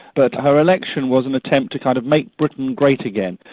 but her election was an attempt to kind of make britain great again.